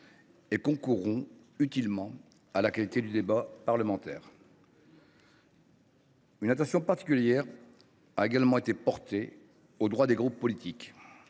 concourront utilement à la qualité du débat parlementaire. Une attention particulière a également été portée aux droits des groupes politiques.